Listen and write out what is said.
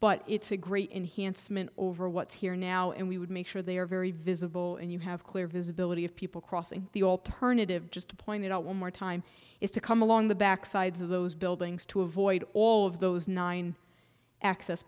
but it's a great over what's here now and we would make sure they are very visible and you have clear visibility of people crossing the alternative just pointed out one more time is to come along the back sides of those buildings to avoid all of those nine access